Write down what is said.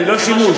זה לא שימוש.